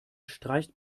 streicht